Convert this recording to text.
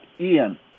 Ian